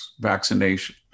vaccination